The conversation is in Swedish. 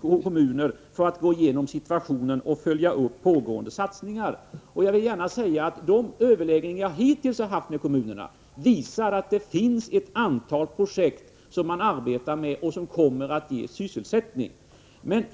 kommuner, för att gå igenom situationen och följa upp pågående satsningar. Jag vill gärna säga att de överläggningar jag hittills har haft med företrädare för kommunerna visar att man arbetar med ett antal projekt som kommer att ge sysselsättning.